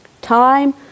Time